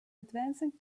advancing